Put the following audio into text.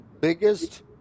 biggest